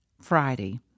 Friday